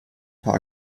paar